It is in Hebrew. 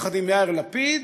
יחד עם יאיר לפיד,